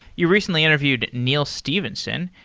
you recently interviewed neal stephenson.